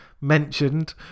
mentioned